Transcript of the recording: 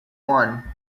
one